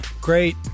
Great